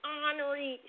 honorary